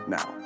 Now